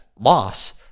loss